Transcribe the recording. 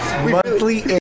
Monthly